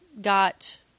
Got